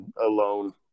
alone